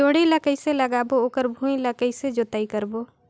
जोणी ला कइसे लगाबो ओकर भुईं ला कइसे जोताई करबो?